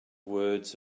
words